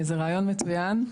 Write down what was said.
זה רעיון מצוין.